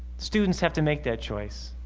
students have to make that choice.